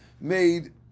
made